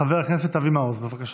חבר הכנסת אבי מעוז, בבקשה.